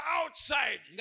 outside